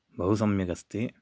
बहु सम्यगस्ति